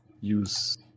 use